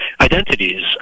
identities